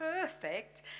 perfect